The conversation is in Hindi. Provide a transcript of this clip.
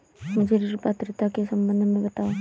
मुझे ऋण पात्रता के सम्बन्ध में बताओ?